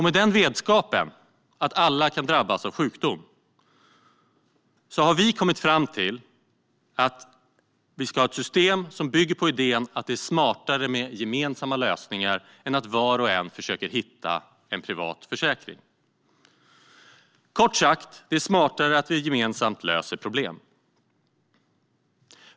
Med den vetskapen att alla kan drabbas av sjukdom har vi kommit fram till att vi ska ha ett system som bygger på idén att det är smartare med gemensamma lösningar än att var och en försöker hitta en privat försäkring. Kort sagt är det smartare att vi gemensamt löser problem.